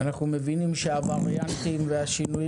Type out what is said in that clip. אנחנו מבינים שהווריאנטים והשינויים